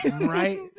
Right